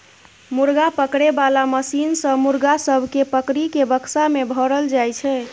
मुर्गा पकड़े बाला मशीन सँ मुर्गा सब केँ पकड़ि केँ बक्सा मे भरल जाई छै